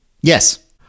Yes